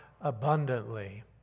abundantly